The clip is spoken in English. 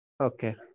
okay